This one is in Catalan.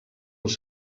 als